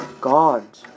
God